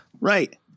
Right